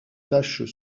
taches